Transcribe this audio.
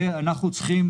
ואנחנו צריכים